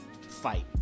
fight